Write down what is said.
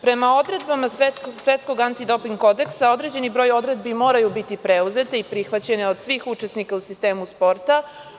Prema odredbama Svetskog antidoping kodeksa određeni broj odredbi moraju biti preuzete i prihvaćene od svih učesnika u sistemu sporta.